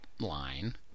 line